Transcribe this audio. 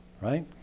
right